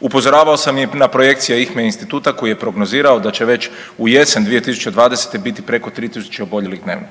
Upozoravao sam i na projekcije IHME instituta koji je prognozirao da će već u jesen 2020. biti preko 3 tisuće oboljelih dnevno.